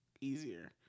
easier